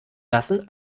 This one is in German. lassen